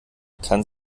kann